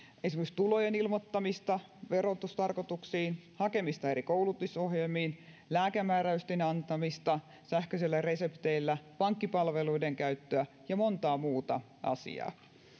esimerkiksi tulojen ilmoittamista verotustarkoituksiin hakemista eri koulutusohjelmiin lääkemääräysten antamista sähköisillä resepteillä pankkipalveluiden käyttöä ja montaa muuta asiaa